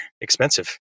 expensive